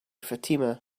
fatima